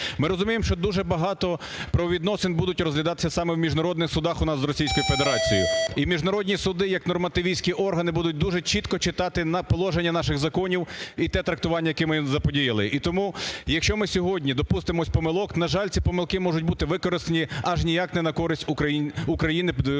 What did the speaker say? Ми розуміємо, що дуже багато правовідносин будуть розглядатися саме в міжнародних судах у нас з Російською Федерацією. І міжнародні суди як нормативістські органи будуть дуже чітко читати положення наших законів і те трактування, яке ми заподіяли. І тому, якщо ми сьогодні допустимось помилок, на жаль, ці помилки можуть бути використані аж ніяк не на користь України щодо